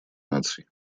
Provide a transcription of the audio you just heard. наций